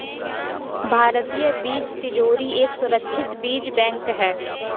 भारतीय बीज तिजोरी एक सुरक्षित बीज बैंक है